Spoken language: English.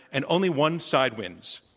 and only one side wins.